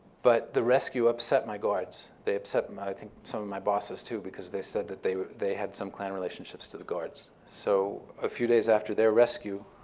but the rescue upset my guards. they upset, i think, some of my bosses, too, because they said that they they had some clan relationships to the guards. so a few days after their rescue,